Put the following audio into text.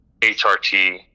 HRT